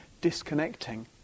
disconnecting